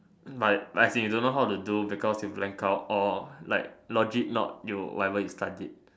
like like you don't know how to do because you black out or like logic not you whatever you studied